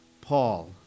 Paul